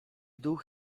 duch